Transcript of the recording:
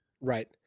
Right